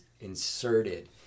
inserted